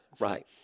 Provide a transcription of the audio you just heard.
Right